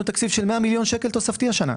תקציב של 100 מיליון שקל תוספתי השנה.